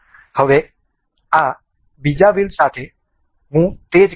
હું આ બીજા વ્હીલ સાથે તે જ કરીશ